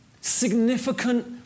significant